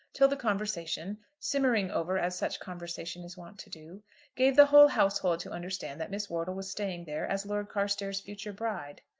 till the conversation simmering over as such conversation is wont to do gave the whole household to understand that miss wortle was staying there as lord carstairs's future bride.